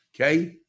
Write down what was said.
okay